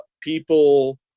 people